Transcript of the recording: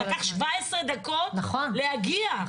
לקח 17 דקות להגיע,